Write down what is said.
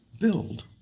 build